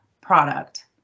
product